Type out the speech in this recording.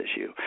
issue